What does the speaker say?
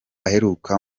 aheruka